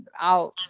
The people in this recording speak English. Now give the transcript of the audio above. out